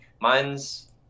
Mine's